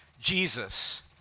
Jesus